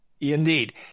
Indeed